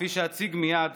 כפי שאציג מייד,